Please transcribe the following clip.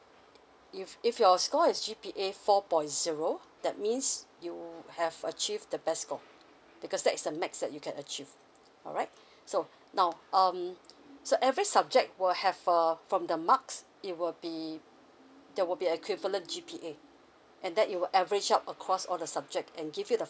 if if your score is G_P_A four point zero that means you have achieve the best score because that's the max that you can achieve alright so now um so every subject will have uh from the marks it will be there will be equivalent G_P_A and then it will average up across all the subject and give you the